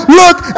look